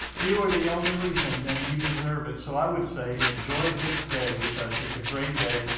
you are the only reason and you deserve it, so i would say enjoy this day because it's a great day,